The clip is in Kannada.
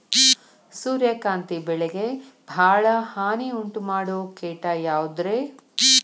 ಸೂರ್ಯಕಾಂತಿ ಬೆಳೆಗೆ ಭಾಳ ಹಾನಿ ಉಂಟು ಮಾಡೋ ಕೇಟ ಯಾವುದ್ರೇ?